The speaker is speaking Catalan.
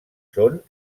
són